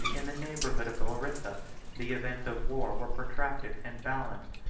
in the neighborhood of larissa the events of war were protracted and balanced.